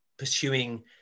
pursuing